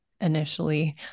initially